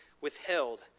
withheld